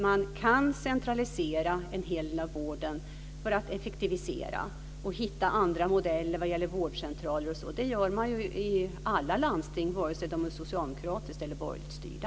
Man kan centralisera en hel del av vården för att effektivisera. Man kan hitta andra modeller för vårdcentraler osv. Det gör man ju i alla landsting, vare sig de är socialdemokratiskt eller borgerligt styrda.